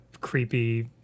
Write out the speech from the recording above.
creepy